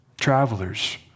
travelers